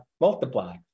multiply